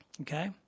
Okay